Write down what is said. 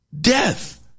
death